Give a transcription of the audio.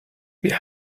wir